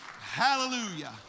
Hallelujah